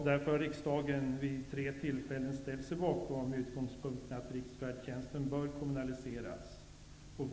Därför har riksdagen vid tre tillfällen ställt sig bakom utgångspunkten att riksfärdtjänsten bör kommunaliseras.